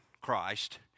Christ